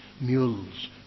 mules